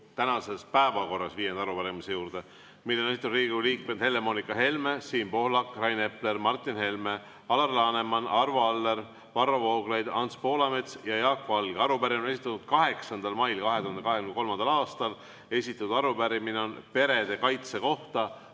tänases päevakorras oleva viienda arupärimise juurde, mille on esitanud Riigikogu liikmed Helle-Moonika Helme, Siim Pohlak, Rain Epler, Martin Helme, Alar Laneman, Arvo Aller, Varro Vooglaid, Anti Poolamets ja Jaak Valge. Arupärimine on esitatud 8. mail 2023. aastal, arupärimine on perede kaitse kohta